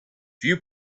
few